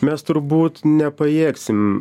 mes turbūt nepajėgsim